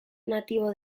nativo